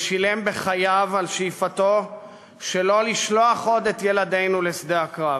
ושילם בחייו על שאיפתו שלא לשלוח עוד את ילדינו לשדה הקרב.